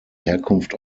herkunft